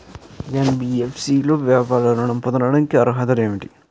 NBFC లో వ్యాపార ఋణం పొందటానికి అర్హతలు ఏమిటీ?